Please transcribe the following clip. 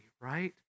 right